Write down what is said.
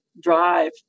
drive